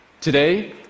Today